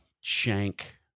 Shank